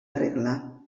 regla